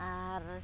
ᱟᱨ